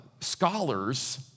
scholars